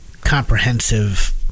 comprehensive